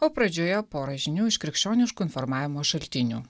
o pradžioje pora žinių iš krikščioniškų informavimo šaltinių